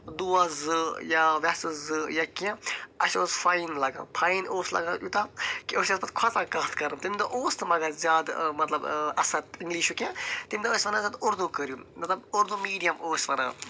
دوس زٕ یا وٮ۪سہٕ زٕ یا کیٚنٛہہ اَسہِ اوس فاین لگان فاین اوس لگان یوٗتاہ کہِ أسۍ ٲسۍ پتہٕ کھوژان کتَھ کَرنس تَمہِ دۅہ اوس نہٕ مگر زیادٕ مطلب اثر اِنگلِشُک کیٚنٛہہ تَمہِ دوہ ٲسۍ وانان اُردوٗ کٔرِو مطلب اُردوٗ میٖڈیم اوس ونان